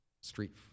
street